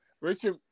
Richard